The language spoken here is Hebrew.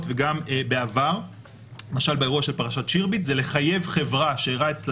וגם בעבר - למשל באירוע של פרשת שירביט - זה לחייב חברה שאירע אצלה